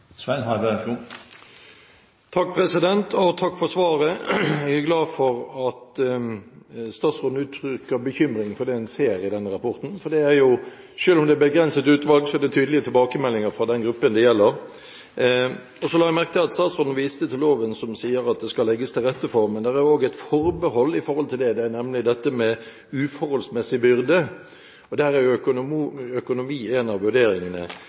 Takk for svaret. Jeg er glad for at statsråden uttrykker bekymring for det en ser i denne rapporten. Det er, selv om det er et begrenset utvalg, tydelige tilbakemeldinger fra den gruppen det gjelder. Jeg la merke til at statsråden viste til loven som sier at det skal legges til rette for det. Men det er også et forbehold, og det er nemlig dette med uforholdsmessig byrde, og der er økonomi en av vurderingene.